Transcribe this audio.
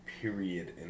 period